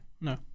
No